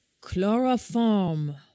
Chloroform